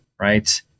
Right